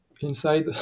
inside